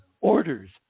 orders